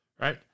right